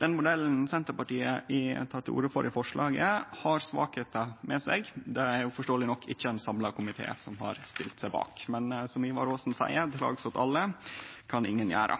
Den modellen Senterpartiet tek til orde for i forslaget, har svakheiter ved seg, og det er forståeleg nok ikkje ein samla komité som har stilt seg bak. Men som Ivar Aasen seier: Til lags åt alle kan ingen gjera.